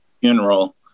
funeral